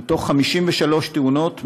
מ-53 תאונות,